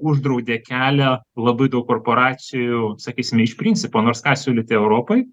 uždraudė kelią labai daug korporacijų sakysime iš principo nors ką siūlyti europai